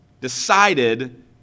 decided